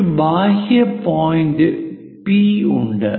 ഒരു ബാഹ്യ point P ഉണ്ട്